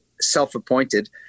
self-appointed